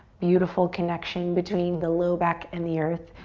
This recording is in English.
beautiful connection between the low back and the earth.